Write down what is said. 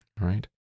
Right